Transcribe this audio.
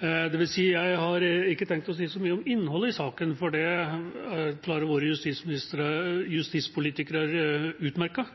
dvs. jeg har ikke tenkt å si så mye om innholdet i saken, for det klarer våre justispolitikere utmerket.